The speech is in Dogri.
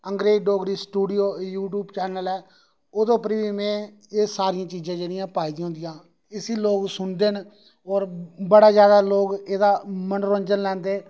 अग्रेज डोगरी स्टूडियो ओह्दे उप्पर ई में एह् सारियां चीजां जेहडियां पाइदियां होंदियां इसी लोक सुनदे न और बड़ा जैदा लोक एह्दा मनोरजंन लैंदे ना